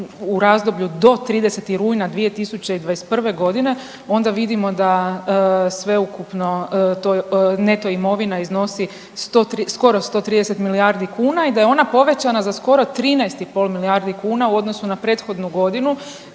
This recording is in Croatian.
u razdoblju do 30. rujna 2021. godine onda vidimo da sveukupno to, neto imovina iznosi skoro 130 milijardi kuna i da je ona povećana za skoro 13,5 milijardi kuna u odnosu na prethodnu godinu